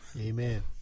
Amen